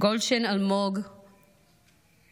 גולדשטיין אלמוג אגם,